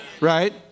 Right